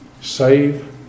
save